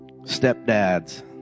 stepdads